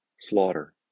slaughter